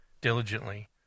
diligently